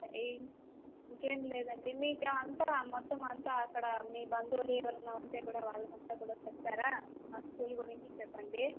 ఏ ఇంకేమి లేదండి మీకంతా మొత్తమంతా అక్కడ మీ బంధువులు ఇంకెవరన్నా ఉంటే కూడా వాళ్ళకంతా కూడా చెప్తారా మా స్కూల్ గురించి చెప్పండి